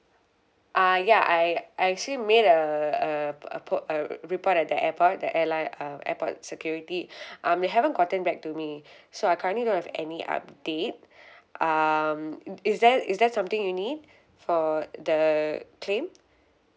uh ya I I actually made uh a p~ a port~ a r~ report at the airport the airline um airport security um they haven't gotten back to me so I currently don't have any update um is there is that something you need for the claim